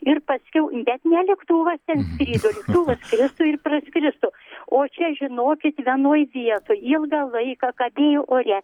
ir paskiau bet ne lėktuvas ten skrido lėktuvas skristų ir praskristų o čia žinokit vienoj vietoj ilgą laiką kabėjo ore